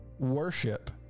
Worship